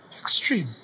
extreme